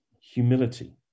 humility